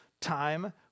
time